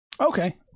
okay